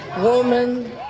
Woman